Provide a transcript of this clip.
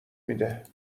میده